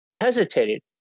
hesitated